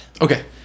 Okay